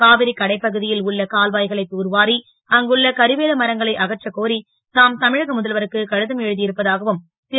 காவிரி கடை பகு ல் உள்ள கால்வா களை தூர்வாரி அங்குள்ள கரிவேல மரங்களை அகற்றக் கோரி தாம் தமிழக முதல்வருக்கு கடிதம் எழு இருப்பதாகவும் ரு